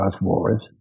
wars